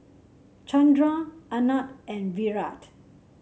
Chandra Anand and Virat